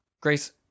Grace